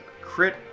crit